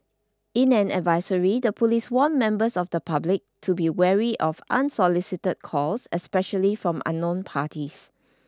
in an advisory the police warned members of the public to be wary of unsolicited calls especially from unknown parties